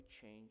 change